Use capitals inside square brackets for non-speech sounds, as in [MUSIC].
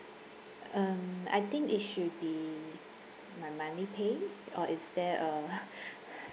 um I think it should be my monthly pay or is there a [LAUGHS] [BREATH]